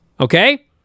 Okay